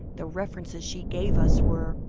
the references she gave us, were,